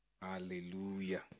Hallelujah